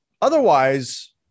Otherwise